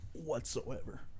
Whatsoever